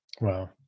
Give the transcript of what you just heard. wow